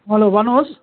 hello भन्नुहोस्